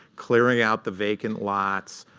clearing out the vacant lots,